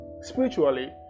Spiritually